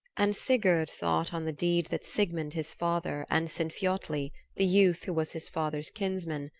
and sigurd thought on the deed that sigmund, his father, and sinfiotli, the youth who was his father's kinsman,